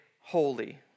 holy